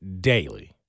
daily